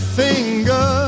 finger